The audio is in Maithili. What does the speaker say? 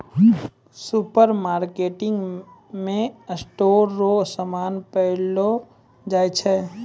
सुपरमार्केटमे स्टोर रो समान पैलो जाय छै